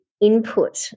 input